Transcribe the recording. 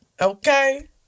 Okay